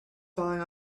falling